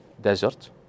desert